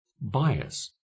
bias